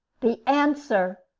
the answer!